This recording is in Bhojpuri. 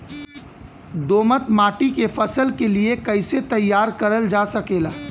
दोमट माटी के फसल के लिए कैसे तैयार करल जा सकेला?